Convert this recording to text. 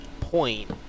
point